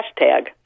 Hashtag